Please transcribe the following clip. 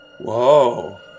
Whoa